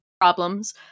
problems